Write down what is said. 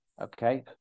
Okay